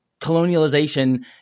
colonialization